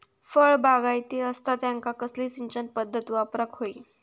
फळबागायती असता त्यांका कसली सिंचन पदधत वापराक होई?